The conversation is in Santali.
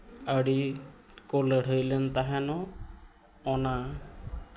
ᱟᱹᱰᱤ ᱠᱚ ᱞᱟᱹᱲᱦᱟᱹᱭ ᱞᱮᱱ ᱛᱟᱦᱮᱱᱚᱜ ᱚᱱᱟ